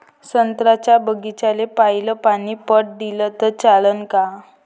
संत्र्याच्या बागीचाले पयलं पानी पट दिलं त चालन का?